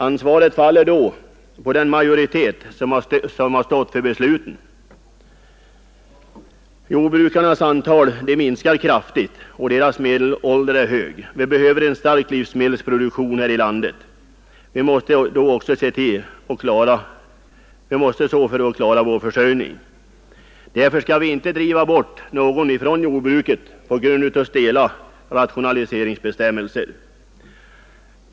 Ansvaret faller då på den majoritet inom riksdagen som fattat beslutet. Jordbrukarnas antal minskar kraftigt. Deras medelålder är hög. Vi behöver en stark livsmedelsproduktion här i landet. Vi måste se till att vi klarar vår försörjning. Därför skall vi inte driva bort någon från jordbruket genom stela rationaliseringsstödsbestämmelser.